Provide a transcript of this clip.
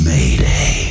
Mayday